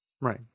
Right